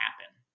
happen